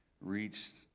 reached